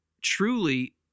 Truly